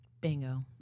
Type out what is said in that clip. Bingo